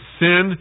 sin